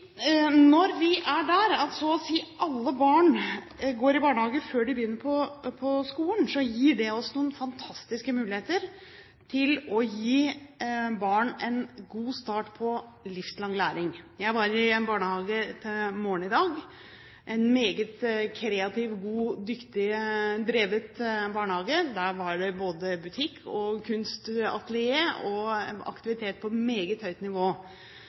alle barn går i barnehage før de begynner på skolen, gir det oss noen fantastiske muligheter til å gi barn en god start på livslang læring. Jeg var i en barnehage på morgenen i dag – en meget kreativ, god og dyktig drevet barnehage. Der var det både butikk, kunstatelier og aktiviteter på et meget høyt nivå.